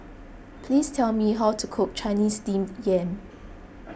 please tell me how to cook Chinese Steamed Yam